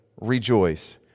rejoice